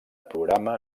programa